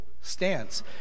stance